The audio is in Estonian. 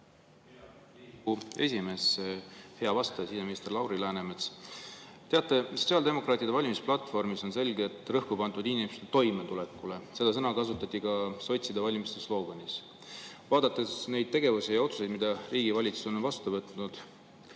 Hea Riigikogu esimees! Hea vastaja, siseminister Lauri Läänemets! Teate, sotsiaaldemokraatide valimisplatvormis on selgelt rõhku pandud inimeste toimetulekule. Seda sõna kasutati ka sotside valimissloganis. Vaadates neid tegevusi ja otsuseid, mis riigi valitsus on vastu võtnud,